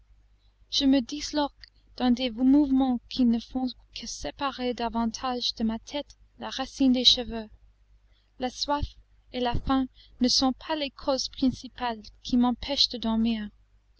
je me disloque dans des mouvements qui ne font que séparer davantage de ma tête la racine des cheveux la soif et la faim ne sont pas les causes principales qui m'empêchent de dormir